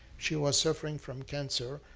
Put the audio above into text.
she was suffering from cancer.